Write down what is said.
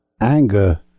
anger